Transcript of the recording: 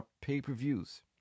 pay-per-views